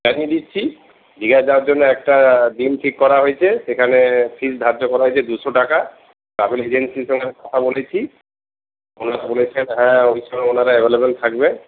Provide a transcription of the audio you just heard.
জানিয়ে দিচ্ছি দীঘা যাওয়ার জন্য একটা দিন ঠিক করা হয়েছে সেখানে ফিজ ধার্য করা হয়েছে দুশো টাকা ট্রাভেল এজেন্সির সঙ্গে আমি কথা বলেছি ওরা বলেছে হ্যাঁ ওই সময় ওঁরা অ্যাভেলেবল থাকবে